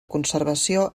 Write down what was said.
conservació